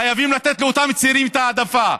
חייבים לתת לאותם צעירים את ההעדפה.